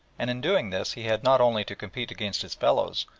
and in doing this he had not only to compete against his fellows,